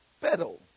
Pedal